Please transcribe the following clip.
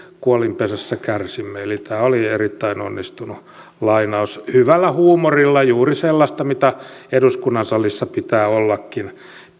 kuolinpesässä kärsimme eli tämä oli erittäin onnistunut lainaus hyvällä huumorilla juuri sellaista mitä eduskunnan salissa pitää ollakin